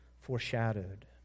foreshadowed